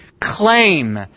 claim